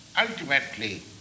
ultimately